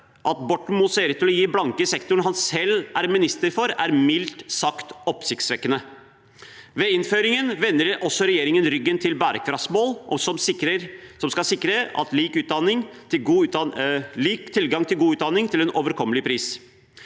At Borten Moe ser ut til å gi blanke i sektoren han selv er minister for, er mildt sagt oppsiktsvekkende. Ved innføringen vender også regjeringen ryggen til bærekraftsmål som skal sikre lik tilgang til god utdanning til en overkommelig pris.